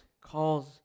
calls